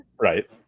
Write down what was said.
Right